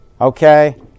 okay